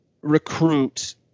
recruit